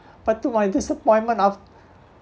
but to my disappointment af~